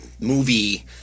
movie